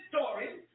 story